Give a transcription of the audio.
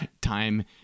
time